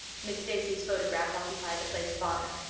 miss stacy's photograph occupied the place of honor,